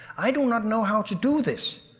i do not know how to do this.